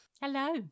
Hello